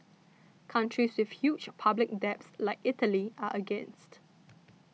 countries with huge public debts like Italy are against